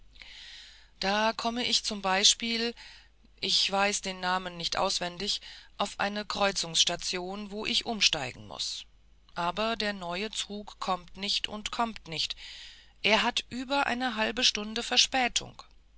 da komme ich zum beispiel ich weiß den namen nicht auswendig auf eine kreuzungsstation wo ich umsteigen muß aber der neue zug kommt nicht und kommt nicht er hat über eine halbe stunde verspätung